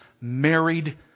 married